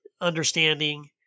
understanding